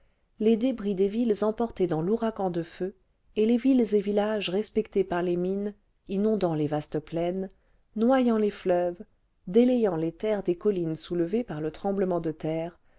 les débris des villes emportées dans l'ouragan de feu et les villes et villages respectés par les mines inondant les vastes plaines noyant les fleuves délayant les terres des collines soulevées par le tremblement de terre